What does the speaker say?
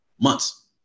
months